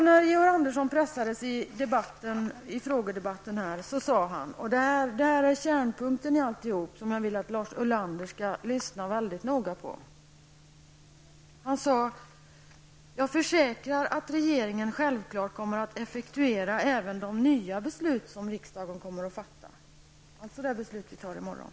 När Georg Andersson pressades i frågedebatten sade han -- detta är kärnpunkten i det hela som jag vill att Lars Ulander skall lyssna väldigt noga på: Jag försäkrar att regeringen självklart kommer att effektuera även de nya beslut som riksdagen kommer att fatta.- - Det gäller alltså även det beslut som vi skall fatta i morgon.